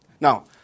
Now